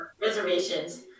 reservations